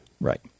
Right